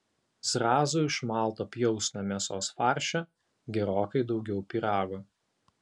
zrazų iš malto pjausnio mėsos farše gerokai daugiau pyrago